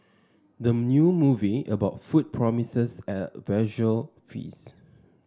the new movie about food promises a visual feast